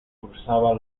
cursaba